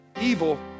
evil